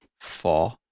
four